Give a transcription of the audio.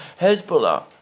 Hezbollah